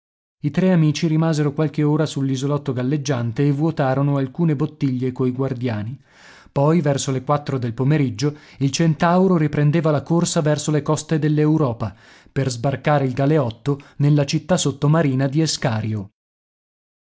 i tre amici rimasero qualche ora sull'isolotto galleggiante e vuotarono alcune bottiglie coi guardiani poi verso le quattro del pomeriggio il centauro riprendeva la corsa verso le coste dell'europa per sbarcare il galeotto nella città sottomarina di escario